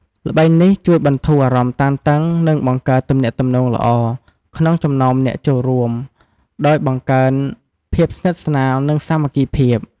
ល្បែងនេះជួយបន្ធូរអារម្មណ៍តានតឹង និងបង្កើតទំនាក់ទំនងល្អ ក្នុងចំណោមអ្នកចូលរួម ដោយបង្កើនភាពស្និទ្ធស្នាល និងសាមគ្គីភាព។